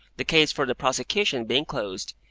the case for the prosecution being closed,